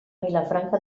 vilafranca